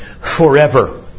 forever